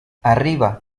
arriba